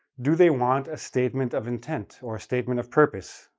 do they want a statement of intent, or a statement of purpose?